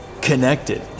connected